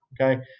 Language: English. Okay